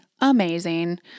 amazing